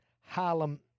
Harlem